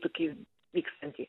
tokį vykstantį